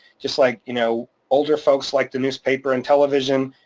just like you know older folks, like the newspaper and television,